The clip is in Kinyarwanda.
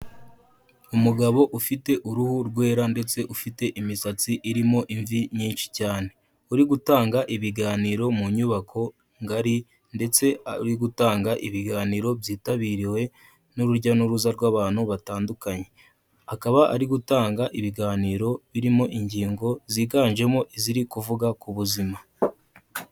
Umugabo ufite uruhu rwera ndetse ufite imisatsi irimo imvi nyinshi cyane, uri gutanga ibiganiro mu nyubako ngari ndetse ari gutanga ibiganiro byitabiriwe n'urujya n'uruza rw'abantu batandukanye, akaba ari gutanga ibiganiro birimo ingingo ziganjemo iziri kuvuga ku buzima.